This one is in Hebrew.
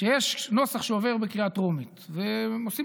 כשיש נוסח שעובר בקריאה טרומית והם עושים